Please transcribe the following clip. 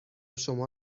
شما